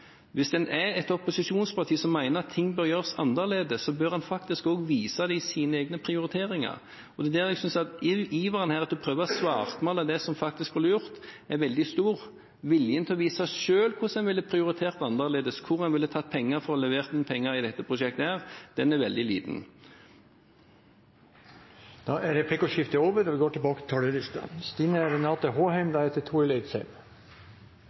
Hvis en er et opposisjonsparti som mener at ting bør gjøres annerledes, så bør en faktisk også vise det i sine egne prioriteringer. Det er der jeg synes at iveren her etter å prøve å svartmale det som faktisk var lurt, er veldig stor. Viljen til selv å vise hvordan en ville prioritert annerledes, hvor en ville tatt penger fra for å levere penger til dette prosjektet, er veldig liten. Da er replikkordskiftet over. De talere som heretter får ordet, har en taletid på inntil 3 minutter. Her kommer en hilsen fra Valdres, fra en som snakker med og lytter til